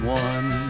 one